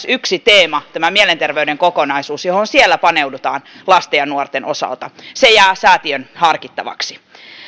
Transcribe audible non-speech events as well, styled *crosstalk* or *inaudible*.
*unintelligible* yksi teema myös tämä mielenterveyden kokonaisuus johon siellä paneudutaan lasten ja nuorten osalta se jää säätiön harkittavaksi